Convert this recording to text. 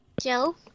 Joe